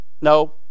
no